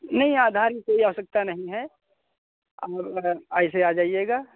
नहीं आधार की कोई आवश्यकता नहीं है और ऐसे आ जाइएगा